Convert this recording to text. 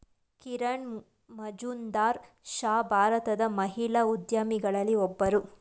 ಕಿರಣ್ ಮಜುಂದಾರ್ ಶಾ ಭಾರತದ ಮಹಿಳಾ ಉದ್ಯಮಿಗಳಲ್ಲಿ ಒಬ್ಬರು